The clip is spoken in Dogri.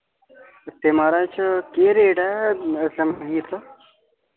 ते महाराज केह् रेट ऐ इस टाइम मखीर दा